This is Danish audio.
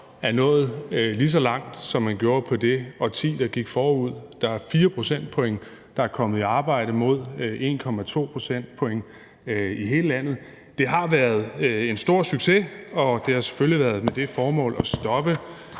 år nået lige så langt, som man gjorde i det årti, der gik forud. Det er nu 4 procentpoint af dem, der er kommet i arbejde, mod 1,2 procentpoint i hele landet. Det har været en stor succes, og det har selvfølgelig været med det formål at stoppe